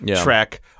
track